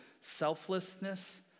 selflessness